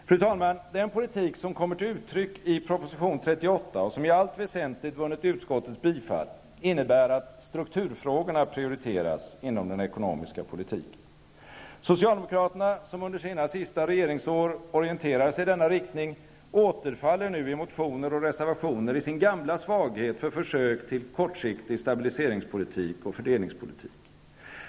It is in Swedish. Fru talman! Den politik som kommer till uttryck i proposition 38 och som i allt väsentligt vunnit utskottets bifall innebär att strukturfrågorna prioriteras inom den ekonomiska politiken. Socialdemokraterna, som under sina sista regeringsår orienterade sig i denna riktning, återfaller nu i motioner och reservationer i sin gamla svaghet för försök beträffande kortsiktig stabiliseringspolitik och fördelningspolitik.